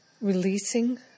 releasing